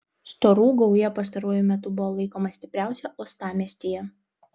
storų gauja pastaruoju metu buvo laikoma stipriausia uostamiestyje